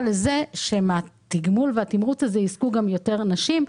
לזה שמהתגמול ומהתמרוץ הזה ייהנו יותר נשים.